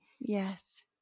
yes